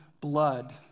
blood